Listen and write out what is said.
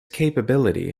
capability